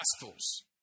Gospels